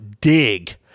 dig